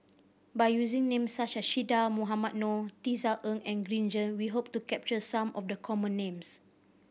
by using names such as Che Dah Mohamed Noor Tisa Ng and Green Zeng we hope to capture some of the common names